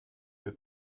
wir